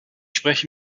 spreche